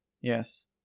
Yes